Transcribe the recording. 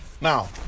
now